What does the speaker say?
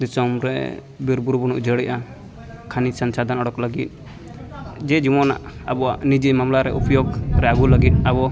ᱫᱤᱥᱚᱢᱨᱮ ᱵᱤᱨᱵᱩᱨᱩ ᱵᱚᱱ ᱩᱡᱟᱹᱲᱮᱫᱼᱟ ᱠᱷᱚᱱᱤ ᱥᱮ ᱠᱷᱟᱫᱟᱱ ᱚᱰᱳᱠ ᱞᱟᱹᱜᱤᱫ ᱡᱮ ᱡᱮᱢᱚᱱᱟᱜ ᱟᱵᱚᱣᱟᱜ ᱱᱤᱡᱮ ᱢᱟᱢᱞᱟᱨᱮ ᱩᱯᱭᱳᱜᱽᱨᱮ ᱟᱹᱜᱩ ᱞᱟᱹᱜᱤᱫ ᱟᱵᱚ